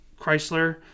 Chrysler